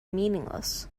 meaningless